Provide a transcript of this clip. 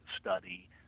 study